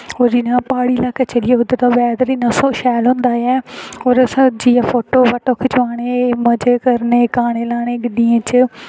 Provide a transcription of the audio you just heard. होर प्हाड़ी लाह्के चली जाओ उद्धर दा बैदर इन्ना शैल होंदा ऐ होर असें जाइयै फोटो फाटो खचाने मज़े करने गाने लाने गड्डियें च